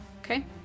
Okay